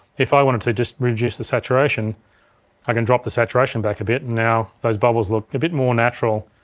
if i wanted to just reduce the saturation i can drop the saturation back a bit, and now those bubbles look a bit more natural,